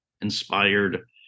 inspired